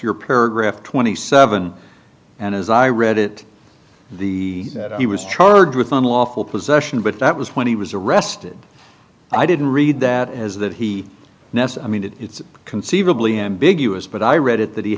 your paragraph twenty seven and as i read it the he was charged with unlawful possession but that was when he was arrested i didn't read that as that he nessa mean it's conceivably ambiguous but i read it that he